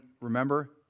remember